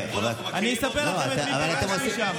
אבל אתם עושים שם,